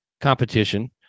competition